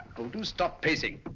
oh, do stop pacing!